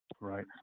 Right